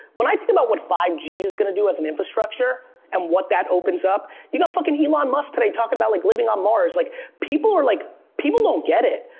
when i think about what five g is gonna do as an infrastructure, and what that opens up, you've got fuckin' elon musk today talking about like living on mars, like people are like, people don't get it.